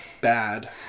bad